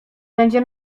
będzie